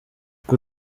uko